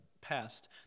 past